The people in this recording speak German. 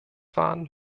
waren